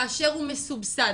כאשר הוא מסובסד.